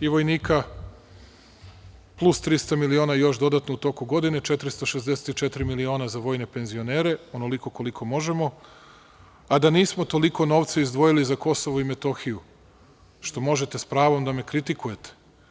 i vojnika, plus 300 miliona dodatno u toku godine, 464 miliona za vojne penzionere, onoliko koliko možemo, a da nismo toliko novca izdvojili za KiM, što možete sa pravom da me kritikujete.